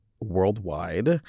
worldwide